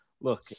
Look